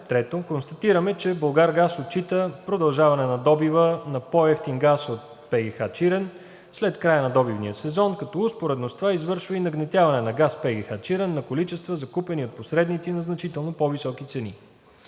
3. Констатираме, че „Булгаргаз“ отчита продължаване на добива на по-евтин газ от ПГХ „Чирен“ след края на добивния сезон, като успоредно с това извършва и нагнетяване на газ в ПГХ „Чирен“ на количества, закупени от посредници на значително по-високи цени.